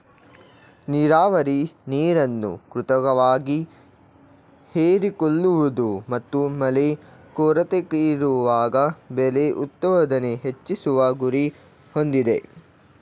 ನೀರಾವರಿ ನೀರನ್ನು ಕೃತಕವಾಗಿ ಹೀರಿಕೊಳ್ಳುವುದು ಮತ್ತು ಮಳೆ ಕೊರತೆಯಿರುವಾಗ ಬೆಳೆ ಉತ್ಪಾದನೆ ಹೆಚ್ಚಿಸುವ ಗುರಿ ಹೊಂದಿದೆ